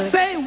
say